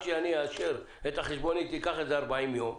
שאני אאשר את החשבונית ייקח 40 יום,